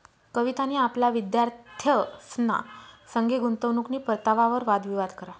कवितानी आपला विद्यार्थ्यंसना संगे गुंतवणूकनी परतावावर वाद विवाद करा